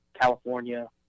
California